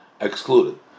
excluded